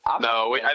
No